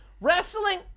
Wrestling